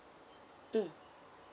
mm